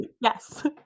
Yes